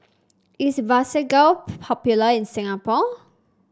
is Vagisil popular in Singapore